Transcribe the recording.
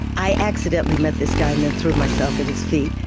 i accidentally met this guy and then threw myself at his feet.